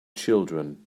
children